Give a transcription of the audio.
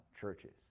churches